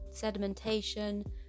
sedimentation